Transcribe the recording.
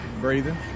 Breathing